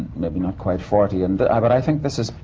maybe not quite forty. and. but i but i think this has.